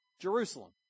Jerusalem